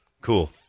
Cool